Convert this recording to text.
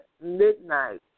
midnight